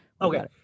Okay